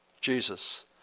Jesus